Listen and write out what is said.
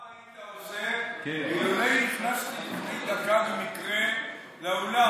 מה היית עושה אילולא נכנסתי לפני דקה במקרה לאולם?